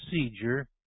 procedure